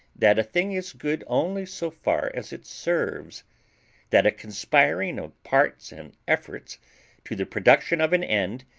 that a thing is good only so far as it serves that a conspiring of parts and efforts to the production of an end,